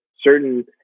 certain